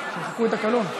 שימחקו את הקלון.